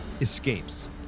escapes